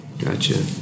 Gotcha